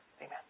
Amen